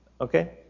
okay